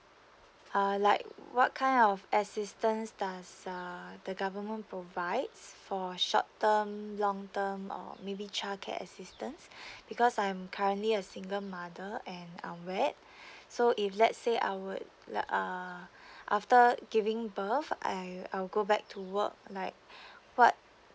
err like what kind of assistance does uh the government provides for short term long term or maybe childcare assistance because I'm currently a single mother and so if let's say I would like err after giving birth I I'll go back to work like what